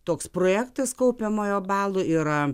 toks projektas kaupiamojo balo yra